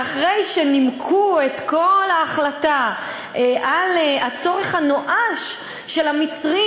ואחרי שנימקו את כל ההחלטה בצורך הנואש של המצרים